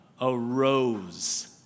arose